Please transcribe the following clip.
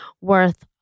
worth